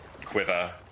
quiver